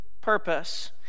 purpose